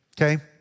okay